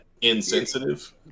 insensitive